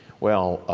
well,